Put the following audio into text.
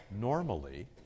Normally